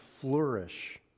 flourish